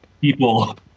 people